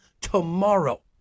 tomorrow